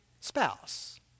spouse